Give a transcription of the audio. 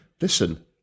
listen